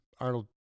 Arnold